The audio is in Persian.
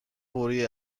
فوری